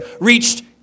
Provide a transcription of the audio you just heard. reached